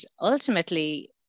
ultimately